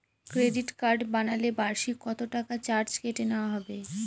Credit card বানালে বার্ষিক কত টাকা চার্জ কেটে নেওয়া হবে?